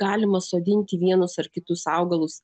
galima sodinti vienus ar kitus augalus